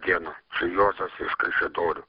diena čia juozas kaišiadorių